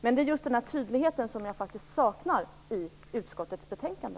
Men det är just den här tydligheten som jag saknar i utskottets betänkande.